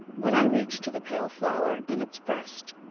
when i reach to the pale flower in its breast.